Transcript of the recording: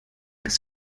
des